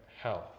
health